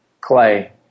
clay